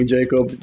Jacob